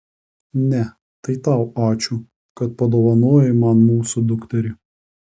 ne tai tau ačiū kad padovanojai man mūsų dukterį